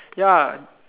ya